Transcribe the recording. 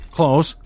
Close